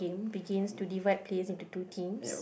begins to divide players into two teams